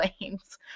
lanes